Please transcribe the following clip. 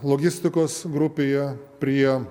logistikos grupėje prie